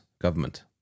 government